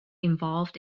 involved